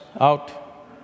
out